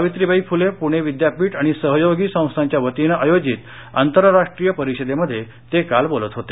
सावित्रीबाई फुले पुणे विद्यापीठ आणि सहयोगी संस्थांच्या वतीनं आयोजित आंतरराष्ट्रीय परिषदेमध्ये ते काल बोलत होते